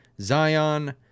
Zion